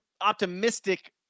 optimistic